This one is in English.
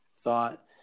thought